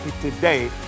today